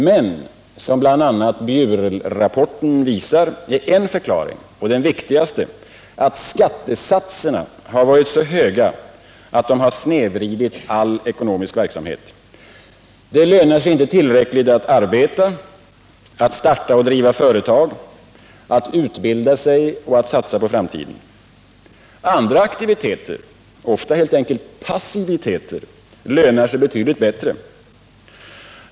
Men som bl.a. Bjurelrapporten visar är en förklaring — och den viktigaste — att skattesatserna är så höga att de snedvrider all ekonomisk verksamhet. Det lönar sig inte tillräckligt att arbeta, starta och driva företag, utbilda sig och satsa på framtiden. Andra aktiviteter — ofta helt enkelt passiviteter — lönar sig betydligt bättre.